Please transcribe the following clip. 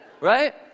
Right